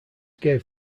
gave